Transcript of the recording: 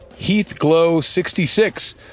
HeathGlow66